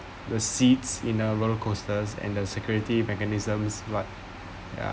the seats in a roller coasters and the security mechanisms what ya